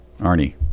Arnie